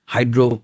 Hydro